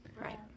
Right